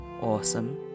awesome